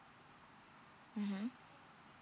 mmhmm